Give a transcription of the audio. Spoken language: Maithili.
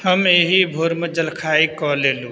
हम एहि भोरमे जलखइ कऽ लेलहुॅं